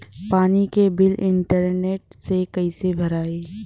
पानी के bill internet से कइसे भराई?